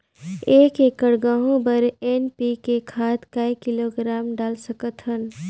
एक एकड़ गहूं बर एन.पी.के खाद काय किलोग्राम डाल सकथन?